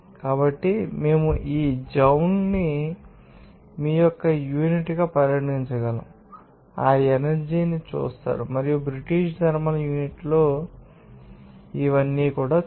కాబట్టి మేము ఈ జౌల్ను మీ యొక్క యూనిట్గా పరిగణించగలము ఆ ఎనర్జీ ని చూస్తారు మరియు బ్రిటిష్ థర్మల్ యూనిట్లో మీకు తెలుసు